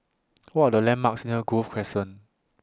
What Are The landmarks near Grove Crescent